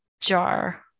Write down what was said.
jar